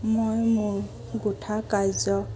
মই মোৰ গোঠা কাৰ্য